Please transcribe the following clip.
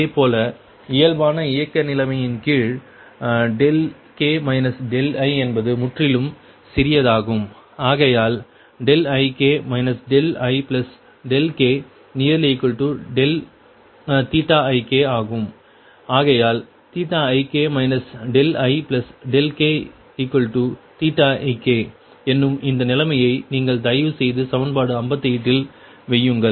இதேபோல இயல்பான இயக்க நிலைமையின்கீழ் k i என்பது முற்றிலும் சிறியதாகும் ஆகையால் ik ikik ஆகையால் ik ikik என்னும் இந்த நிலைமையை நீங்கள் தயவு செய்து சமன்பாடு 58 இல் வையுங்கள்